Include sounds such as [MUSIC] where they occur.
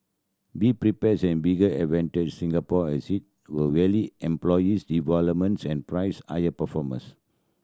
be prepares an bigger advantage Singapore has it will [UNINTELLIGIBLE] employees developments and price air performance